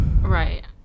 right